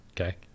Okay